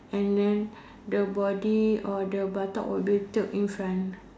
and then the body or the buttock will be tilt in front